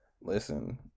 listen